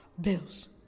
bills